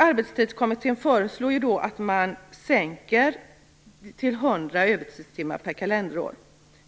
Arbetstidskommittén föreslår att man sänker gränsen för övertidsuttag till 100 övertidstimmar per kalenderår.